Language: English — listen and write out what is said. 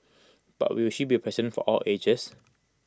but will she be A president for all ages